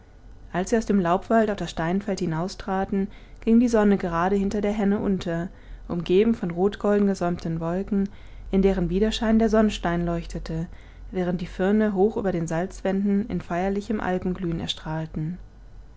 als sie aus dem laubwald auf das steinfeld hinaustraten ging die sonne gerade hinter der henne unter umgeben von rotgolden gesäumten wolken in deren widerschein der sonnstein leuchtete während die firne hoch über den salzwänden in feierlichem alpenglühen erstrahlten